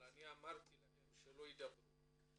אבל אמרתי להם שלא ידברו.